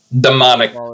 Demonic